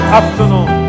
afternoon